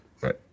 Right